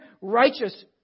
righteous